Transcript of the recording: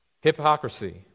Hypocrisy